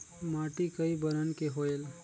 माटी कई बरन के होयल?